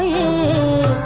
a